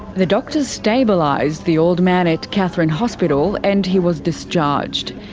the doctors stabilised the old man at katherine hospital and he was discharged.